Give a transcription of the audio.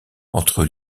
entre